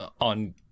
on